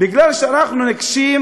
כי אנחנו ניגשים